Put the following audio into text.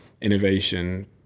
innovation